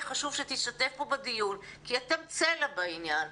חשוב שתשתתף פה בדיון כי אתם צלע בעניין.